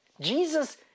Jesus